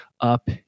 up